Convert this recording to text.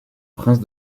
prince